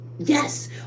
Yes